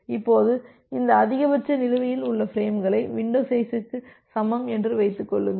இப்போது இந்த அதிகபட்ச நிலுவையில் உள்ள பிரேம்களை வின்டோ சைஸ்க்கு சமம் என்று வைத்துக் கொள்ளுங்கள்